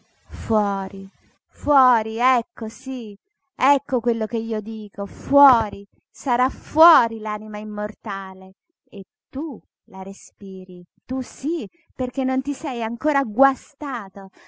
fuori fuori ecco sí ecco quello che io dico fuori sarà fuori l'anima immortale e tu la respiri tu sí perché non ti sei ancora guastato